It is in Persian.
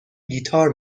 گیتار